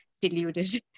deluded